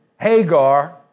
Hagar